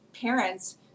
parents